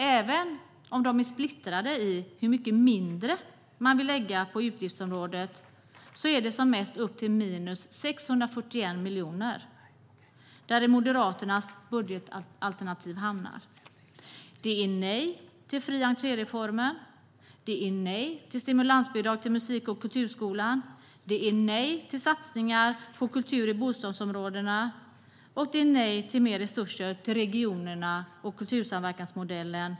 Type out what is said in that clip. Även om de är splittrade i hur mycket mindre pengar de vill lägga på utgiftsområdet är det som mest upp till 641 miljoner, där Moderaternas budgetalternativ hamnar. Det är nej till fri-entré-reformen. Det är nej till stimulansbidrag till musik och kulturskolan. Det är nej till satsningar på kultur i bostadsområdena, och det är nej till mer resurser till regionerna och kultursamverkansmodellen.